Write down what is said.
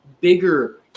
bigger